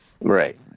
Right